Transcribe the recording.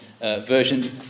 version